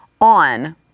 on